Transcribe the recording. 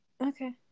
Okay